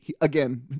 again